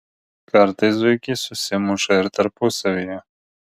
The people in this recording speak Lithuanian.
kartais zuikiai susimuša ir tarpusavyje